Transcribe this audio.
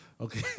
Okay